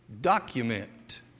document